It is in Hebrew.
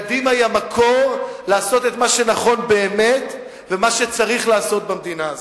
קדימה היא המקור לעשות את מה שנכון באמת ומה שצריך לעשות במדינה הזאת.